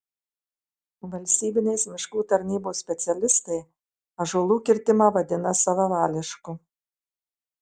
valstybinės miškų tarnybos specialistai ąžuolų kirtimą vadina savavališku